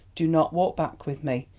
do not walk back with me.